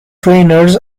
trainers